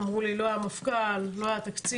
אמרו לי, לא היה מפכ"ל, לא היה תקציב.